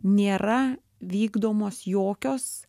nėra vykdomos jokios